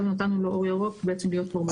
נתנו לו אור ירוק בעצם להיות כבר מוגש.